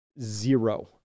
zero